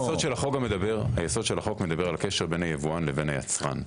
יסוד החוק מדבר על הקשר בין היבואן ליצרן.